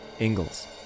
Ingalls